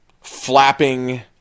flapping